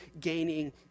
gaining